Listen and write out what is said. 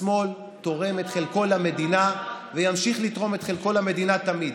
השמאל תורם את חלקו למדינה וימשיך לתרום את חלקו למדינה תמיד,